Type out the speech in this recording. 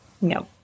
No